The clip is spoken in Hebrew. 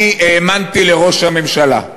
אני האמנתי לראש הממשלה,